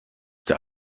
der